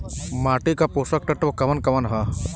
माटी क पोषक तत्व कवन कवन ह?